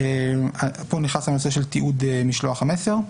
פה נכנס הנושא של תיעוד משלוח המסר,